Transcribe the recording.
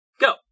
go